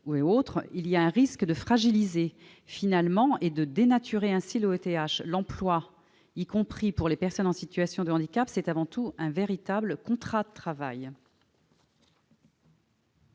et autres, le risque existe de fragiliser et de dénaturer ainsi l'OETH. L'emploi, y compris pour les personnes en situation de handicap, c'est avant tout un véritable contrat de travail.